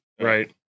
right